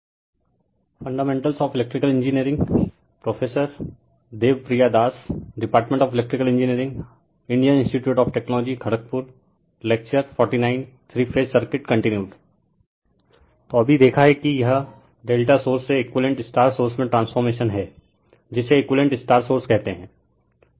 Fundamentals of Electrical Engineering fundamentals of electrical engineering Prof Debapriya Das prof Debapriya Das Department of Electrical Engineering department of electrical engineering Indian institute of Technology Kharagpur Indian institute of technology Kharagpur Lecture - 49 lecture 49 Three phase circuits Contd three phase circuit continued Refer Slide Time 0022 तो अभी देखा है कि यह Δ source से equivalent star source में transformation हैं जिसे एकुईवेलेंट स्टार सोर्स कहते हैं